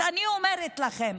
אז אני אומרת לכם,